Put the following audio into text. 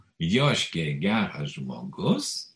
joškė geras žmogus